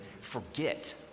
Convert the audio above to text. forget